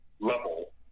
level